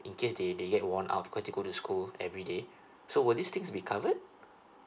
in case they they get worn out because they go to school everyday so will these things be covered